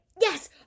yes